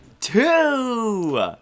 Two